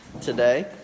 today